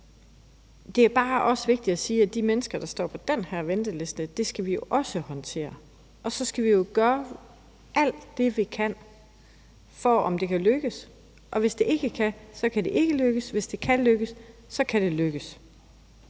Det er også bare vigtigt at sige, at de mennesker, der står på den her venteliste, skal vi også håndtere, og så skal vi gøre alt det, vi kan for at få det til at lykkes. Og hvis vi ikke kan det, kan det ikke lykkes, og hvis vi kan, så kan det lykkes.